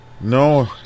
No